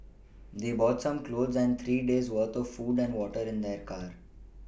they brought some clothes and three days' worth of food and water in their car